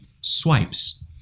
swipes